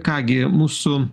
ką gi mūsų